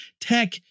Tech